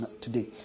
today